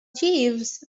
jeeves